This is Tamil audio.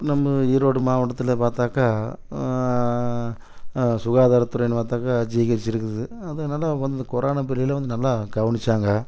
நம்ம ஈரோடு மாவட்டத்தில் பார்த்தாக்கா சுகாதார துறையின்னு பார்த்தாக்கா ஜிஹெச் இருக்குது அது நல்லா வந்து கொரோனா பீரியடில் வந்து நல்லா கவனிச்சாங்க